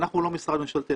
אנחנו לא משרד ממשלתי,